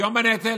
שוויון בנטל.